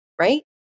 right